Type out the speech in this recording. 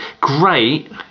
Great